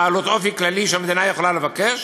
בעלות אופי כללי שהמדינה יכולה לבקש